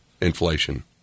inflation